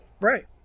Right